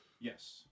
Yes